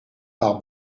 par